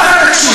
פעם אחת תקשיב,